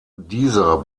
dieser